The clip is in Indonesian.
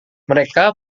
mereka